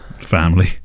Family